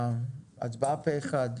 הצבעה בעד,